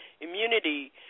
immunity